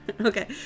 okay